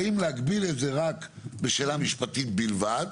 האם להגביל את זה רק לשאלה משפטית בלבד.